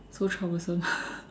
so troublesome